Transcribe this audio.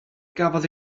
gafodd